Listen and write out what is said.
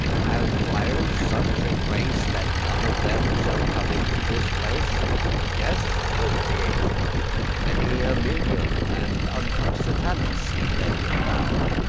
have friars such a grace, that none of them shall come into this place yes quoth the angel many a millioun and unto satanas he led him down.